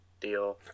deal